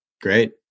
Great